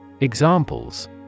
Examples